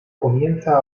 comienza